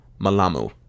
Malamu